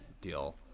deal